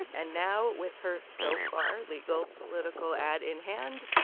and now with her so far legal political ad in hand,